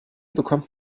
bekommt